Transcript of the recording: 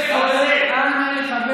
אני רגוע,